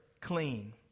clean